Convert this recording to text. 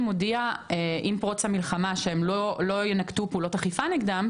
הודיע עם פרוץ המלחמה שלא יינקטו פעולות אכיפה נגדם,